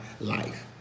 life